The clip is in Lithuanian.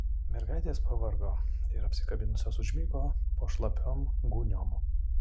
mergaitės pavargo ir apsikabinusios užmigo po šlapiom gūniom